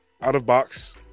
out-of-box